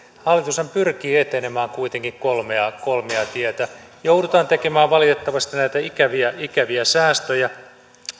hallitushan pyrkii etenemään kuitenkin kolmea kolmea tietä joudutaan tekemään valitettavasti näitä ikäviä ikäviä säästöjä